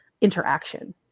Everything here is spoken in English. interaction